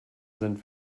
sind